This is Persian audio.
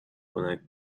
خنک